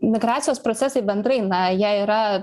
migracijos procesai bendrai na jie yra